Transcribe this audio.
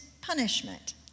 punishment